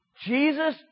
Jesus